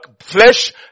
flesh